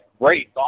great